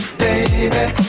baby